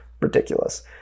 ridiculous